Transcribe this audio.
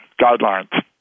guidelines